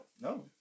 no